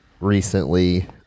recently